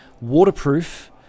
waterproof